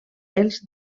els